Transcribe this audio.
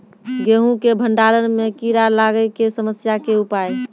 गेहूँ के भंडारण मे कीड़ा लागय के समस्या के उपाय?